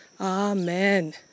Amen